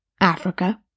Africa